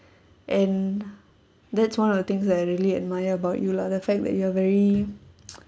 and that's one of the things that I really admire about you lah the fact that you are very